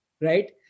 right